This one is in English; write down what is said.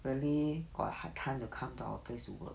really got a hard time to come to our place to work